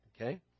Okay